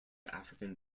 african